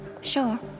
Sure